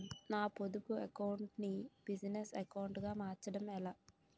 నా పొదుపు అకౌంట్ నీ బిజినెస్ అకౌంట్ గా మార్చడం ఎలా?